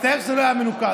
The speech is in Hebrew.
מצטער שזה לא היה מנוקד.